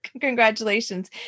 Congratulations